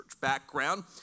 background